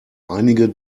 einige